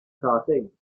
cartoons